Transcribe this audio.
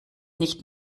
nicht